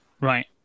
Right